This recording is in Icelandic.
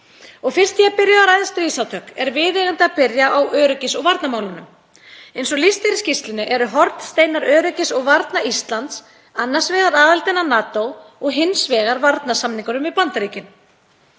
Fyrst ég er byrjuð að ræða stríðsátök er viðeigandi að byrja á öryggis- og varnarmálunum. Eins og lýst er í skýrslunni eru hornsteinar öryggis og varna Íslands annars vegar aðildin að NATO og hins vegar varnarsamningurinn við Bandaríkin.